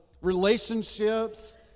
relationships